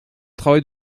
travail